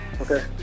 Okay